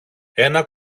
ένα